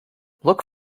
look